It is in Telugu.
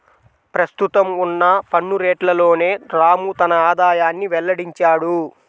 ప్రస్తుతం ఉన్న పన్ను రేట్లలోనే రాము తన ఆదాయాన్ని వెల్లడించాడు